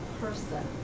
person